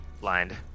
Blind